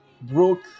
broke